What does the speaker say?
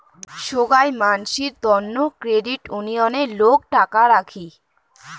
সোগাই মানসির তন্ন ক্রেডিট উনিয়ণে লোক টাকা রাখি